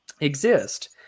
exist